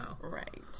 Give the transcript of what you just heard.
Right